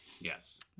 yes